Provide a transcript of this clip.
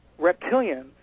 reptilians